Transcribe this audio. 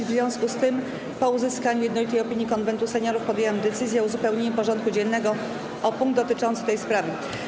W związku z tym, po uzyskaniu jednolitej opinii Konwentu Seniorów, podjęłam decyzję o uzupełnieniu porządku dziennego o punkt dotyczący tej sprawy.